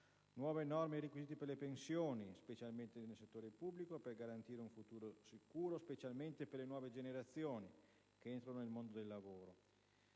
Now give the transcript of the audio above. norme e requisiti nuovi per le pensioni, specialmente nel settore pubblico, per garantire un futuro sicuro, soprattutto per le nuove generazioni che entrano nel mondo del lavoro: